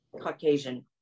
Caucasian